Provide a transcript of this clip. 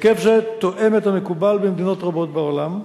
היקף זה תואם את המקובל במדינות רבות בעולם,